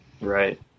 Right